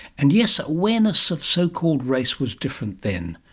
and yes, awareness of so-called race was different then.